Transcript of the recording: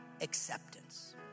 acceptance